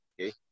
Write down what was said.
okay